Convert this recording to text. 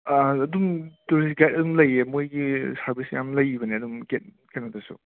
ꯑꯥ ꯑꯗꯨꯝ tourist guide ꯑꯗꯨꯝ ꯂꯩꯌꯦ ꯃꯣꯏꯒꯤ ꯁꯔꯕꯤꯁ ꯌꯥꯝ ꯂꯩꯕꯅꯦ ꯑꯗꯨꯝ ꯒꯦꯠ ꯀꯩꯅꯣꯗꯁꯨ